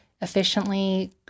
efficiently